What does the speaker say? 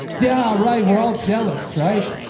yeah, right, we're all jealous, right?